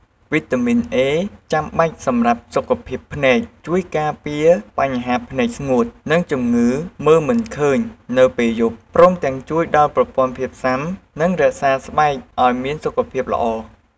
វីតាមីន A ចាំបាច់សម្រាប់សុខភាពភ្នែក ជួយការពារបញ្ហាភ្នែកស្ងួត និងជំងឺមើលមិនឃើញនៅពេលយប់ ព្រមទាំងជួយដល់ប្រព័ន្ធភាពស៊ាំ និងរក្សាស្បែកឲ្យមានសុខភាពល្អ។